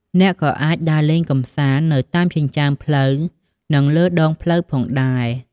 អ្នកក៏អាច ដើរលេងកម្សាន្ត នៅតាមចិញ្ចើមផ្លូវនិងលើដងស្ពានផងដែរ។